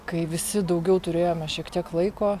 kai visi daugiau turėjome šiek tiek laiko